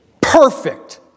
perfect